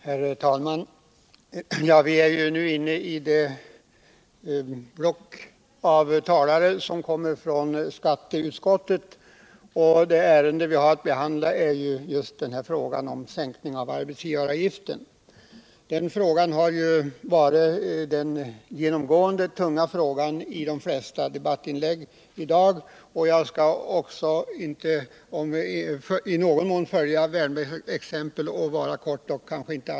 Herr talman! Vi är nu inne i det block av talare som kommer från skatteutskottet, och det ärende vi har att behandla är frågan om sänkning av arbetsgivaravgiften. Denna har varit den genomgående tunga frågan i de flesta debattinlägg i dag, och jag skall i någon mån följa Erik Wärnbergs exempel och vara kortfattad.